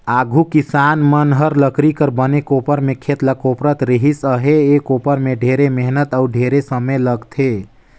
आघु किसान मन हर लकरी कर बने कोपर में खेत ल कोपरत रिहिस अहे, ए कोपर में ढेरे मेहनत अउ ढेरे समे लगथे